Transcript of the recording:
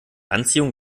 anziehung